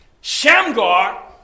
Shamgar